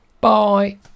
Bye